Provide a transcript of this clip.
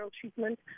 treatment